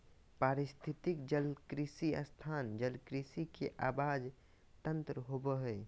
पारिस्थितिकी जलकृषि स्थान जलकृषि के आवास तंत्र होबा हइ